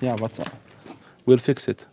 yeah. what's we'll fix it